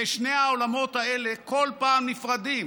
ושני העולמות האלה כל פעם נפרדים.